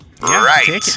Right